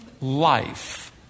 life